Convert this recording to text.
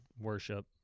worship